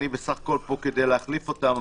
אני בסך הכול פה כדי להחליף אותם.